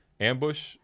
Ambush